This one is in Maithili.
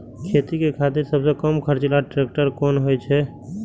खेती के खातिर सबसे कम खर्चीला ट्रेक्टर कोन होई छै?